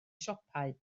siopau